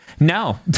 No